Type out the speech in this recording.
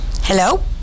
Hello